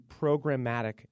programmatic